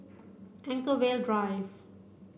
Anchorvale Drive